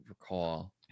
recall